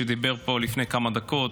שדיבר פה לפני כמה דקות.